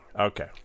Okay